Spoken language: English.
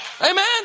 Amen